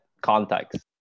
contacts